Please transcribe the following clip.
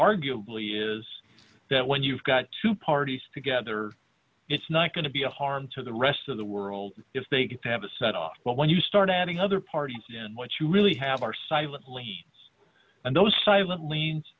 arguably is that when you've got two parties together it's not going to be a harm to the rest of the world if they have a set up but when you start adding other parties what you really have are silently and those silent liens